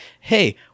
Hey